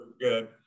good